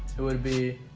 it would be